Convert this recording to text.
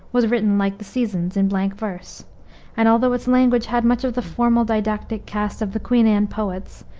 was written like the seasons, in blank verse and although its language had much of the formal, didactic cast of the queen anne poets,